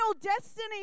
destiny